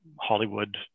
Hollywood